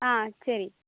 ஆ சரி